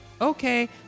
Okay